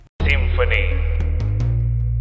Symphony